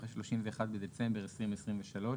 אחרי 31 בדצמבר 2023,